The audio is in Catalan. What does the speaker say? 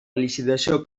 licitació